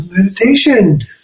meditation